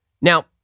Now